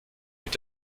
mit